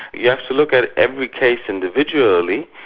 you have to look at every case individually,